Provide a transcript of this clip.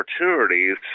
opportunities